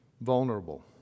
vulnerable